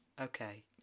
Okay